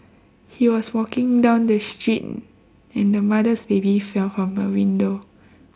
he was walking down the street and the mother's baby fell from the window